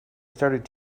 started